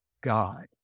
God